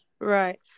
right